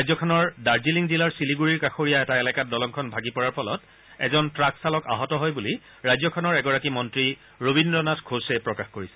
ৰাজ্যখনৰ দাৰ্জিলিং জিলাৰ শিলিণ্ডৰিৰ কাষৰীয়া এটা এলেকাত দলংখন ভাগি পৰাৰ ফলত এজন ট্টাক চালক আহত হয় বুলি পশ্চিমবংগৰ এগৰাকী মন্ত্ৰী ৰবীদ্ৰনাথ ঘোষে প্ৰকাশ কৰিছে